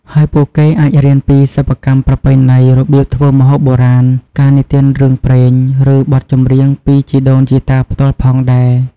ហើយពួកគេអាចរៀនពីសិប្បកម្មប្រពៃណី របៀបធ្វើម្ហូបបុរាណ ការនិទានរឿងព្រេង ឬបទចម្រៀងពីជីដូនជីតាផ្ទាល់ផងដែរ។